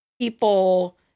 people